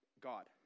God